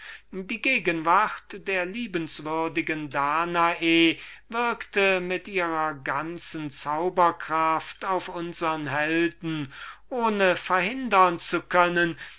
die gegenwart der liebenswürdigen danae würkte mit ihrer ganzen magischen kraft auf unsern helden ohne verhindern zu können